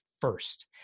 first